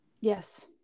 Yes